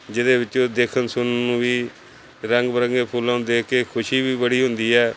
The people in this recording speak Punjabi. ਜਿਹਦੇ ਵਿੱਚੋਂ ਦੇਖਣ ਸੁਣਨ ਨੂੰ ਵੀ ਰੰਗ ਬਿਰੰਗੇ ਫੁੱਲਾਂ ਨੂੰ ਦੇਖ ਕੇ ਖੁਸ਼ੀ ਵੀ ਬੜੀ ਹੁੰਦੀ ਹੈ